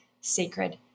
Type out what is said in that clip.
sacred